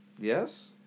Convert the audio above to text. Yes